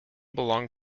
belong